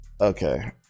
Okay